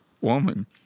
woman